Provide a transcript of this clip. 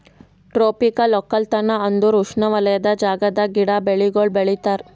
tropical ಒಕ್ಕಲತನ ಅಂದುರ್ ಉಷ್ಣವಲಯದ ಜಾಗದಾಗ್ ಗಿಡ, ಬೆಳಿಗೊಳ್ ಬೆಳಿತಾರ್